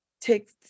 take